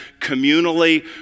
communally